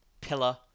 pillar